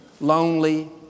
lonely